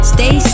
Stay